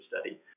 study